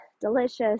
delicious